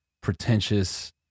pretentious